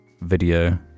video